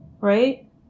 Right